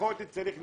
הבטחות צריך לקיים.